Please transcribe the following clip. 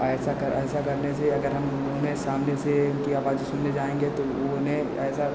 ऐसा कर ऐसा करने से अगर हम उन्हें सामने से उनकी आवाज़ें सुनने जाएंगे तो उन्हें ऐसा